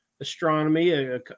astronomy